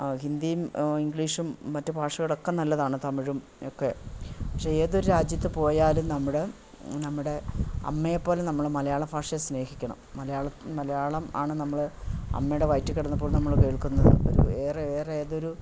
ഹിന്ദിയും ഇംഗ്ലീഷും മറ്റു ഭാഷകളൊക്കെ നല്ലതാണ് തമിഴും ഒക്കെ പക്ഷേ ഏതൊരു രാജ്യത്ത് പോയാലും നമ്മുടെ നമ്മുടെ അമ്മയെപ്പോലെ നമ്മൾ മലയാള ഭാഷയെ സ്നേഹിക്കണം മലയാള മലയാളം ആണ് നമ്മൾ അമ്മയുടെ വയറ്റിൽ കിടന്നപ്പോൾ നമ്മൾ കേൾക്കുന്നത് ഒരു വേറെ വേറെ ഏതൊരു